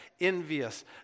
envious